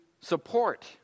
support